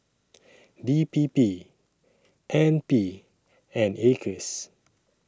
D P P N P and Acres